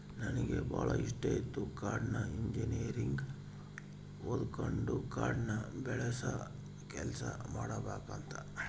ನನಗೆ ಬಾಳ ಇಷ್ಟಿತ್ತು ಕಾಡ್ನ ಇಂಜಿನಿಯರಿಂಗ್ ಓದಕಂಡು ಕಾಡ್ನ ಬೆಳಸ ಕೆಲ್ಸ ಮಾಡಬಕಂತ